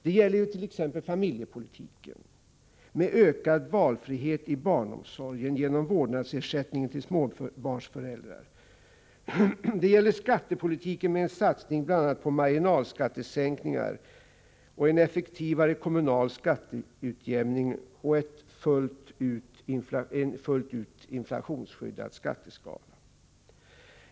Det gäller t.ex. familjepolitiken, med ökad valfrihet i barnomsorgen genom vårdnadsersättningen till småbarnsföräldrar. Det gäller skattepolitiken, med en satsning bl.a. på marginalskattesänkningar, en effektivare kommunal skatteutjämning och en fullt ut inflationsskyddad skatteskala.